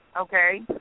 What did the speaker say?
Okay